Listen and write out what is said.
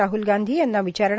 राहुल गांधी यांना विचारणा